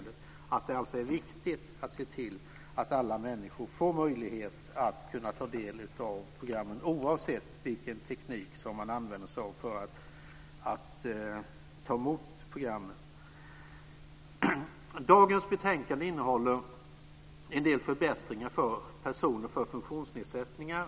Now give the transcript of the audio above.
Det är alltså viktigt att se till att alla människor får möjlighet att ta del av programmen oavsett vilken teknik man använder sig av för att ta emot programmen. Dagens betänkande innehåller en del förbättringar för personer med funktionsnedsättningar.